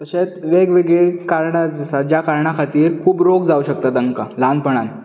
तशेंच वेग वेगळी कारणां जी आसात ज्या कारणां खातीर खूब रोग जावंक शकतात तांकां ल्हानपणांत